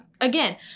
again